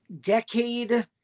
decade